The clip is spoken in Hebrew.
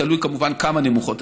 תלוי כמובן כמה נמוכות,